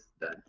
done